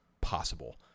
possible